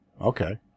Okay